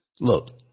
look